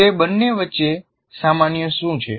તે બંને વચ્ચે સામાન્ય શું છે